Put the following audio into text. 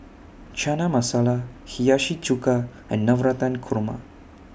Chana Masala Hiyashi Chuka and Navratan Korma